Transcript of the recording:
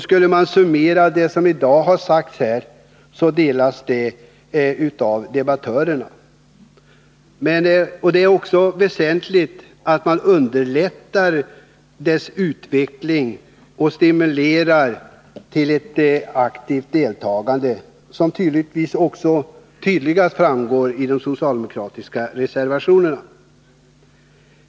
Skulle man summera det som i dag har sagts i det avseendet, så delas den uppfattningen även av deltagarna i den här debatten. Det är också väsentligt att man underlättar studiearbetets utveckling och stimulerar till ett aktivt deltagande, en uppfattning som tydligast framgår i de socialdemokratiska reservationerna.